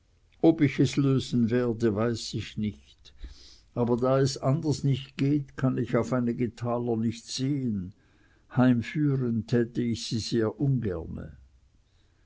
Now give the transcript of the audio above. ob ich es lösen werde weiß ich nicht aber da es nicht anders geht kann ich auf einige taler nicht sehen heimführen täte ich sie sehr ungerne